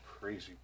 crazy